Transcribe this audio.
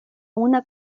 una